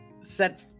set